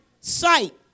sight